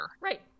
Right